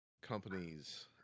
companies